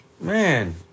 man